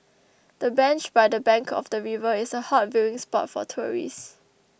the bench by the bank of the river is a hot viewing spot for tourists